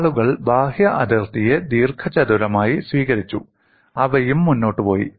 ആളുകൾ ബാഹ്യ അതിർത്തിയെ ദീർഘചതുരമായി സ്വീകരിച്ചു അവയും മുന്നോട്ട് പോയി